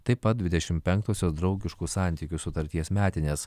taip pat dvidešimt penktosios draugiškų santykių sutarties metinės